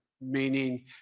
meaning